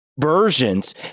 versions